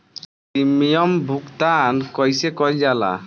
Premium भुगतान कइसे कइल जाला?